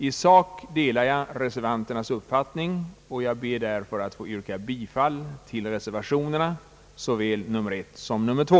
I sak delar jag dock reservanternas uppfattning, och jag ber att få yrka bifall till reservationerna, såväl nr 1 som nr 2.